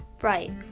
Right